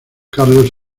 carlos